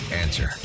Answer